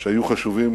שהיו חשובים